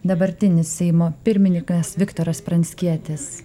dabartinis seimo pirmininkas viktoras pranckietis